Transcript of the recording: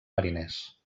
mariners